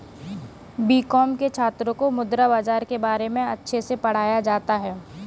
BCom के छात्रों को मुद्रा बाजार के बारे में अच्छे से पढ़ाया जाता है